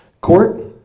court